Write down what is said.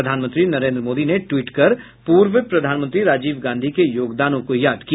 प्रधानमंत्री नरेन्द्र मोदी ने ट्वीट कर पूर्व प्रधानमंत्री राजीव गांधी के योगदानों को याद किया